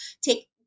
take